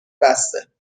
بسه